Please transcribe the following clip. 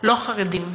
לא חרדים,